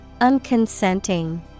Unconsenting